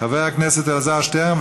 חבר הכנסת אלעזר שטרן.